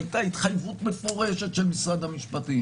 והייתה התחייבות מפורשת של משרד המשפטים